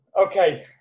okay